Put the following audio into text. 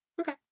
okay